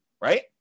right